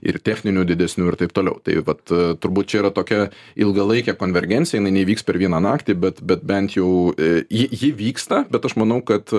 ir techninių didesnių ir taip toliau taip vat turbūt čia yra tokia ilgalaikė konvergencija jinai neįvyks per vieną naktį bet bet bent jau ji ji vyksta bet aš manau kad